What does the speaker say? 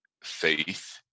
faith